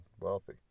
wealthy